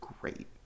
great